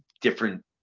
different